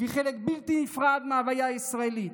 והיא חלק בלתי נפחד מההוויה הישראלית,